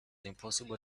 impossible